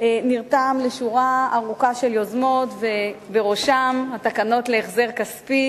נרתם לשורה ארוכה של יוזמות ובראשן התקנות להחזר כספי,